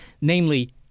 namely